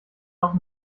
auch